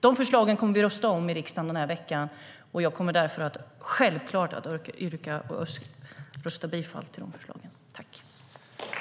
De förslagen kommer vi att rösta om i riksdagen den här veckan, och självklart kommer jag att yrka bifall till förslagen.